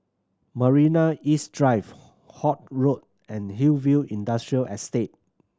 Marina East Drive Holt Road and Hillview Industrial Estate